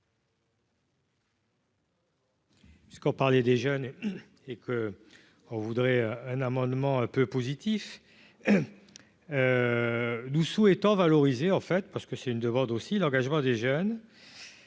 parlait des jeunes et que on voudrait un amendement un peu positif, nous souhaitons valoriser en fait parce que c'est une demande aussi l'engagement des jeunes